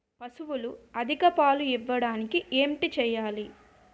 పశువులు అధిక పాలు ఇవ్వడానికి ఏంటి చేయాలి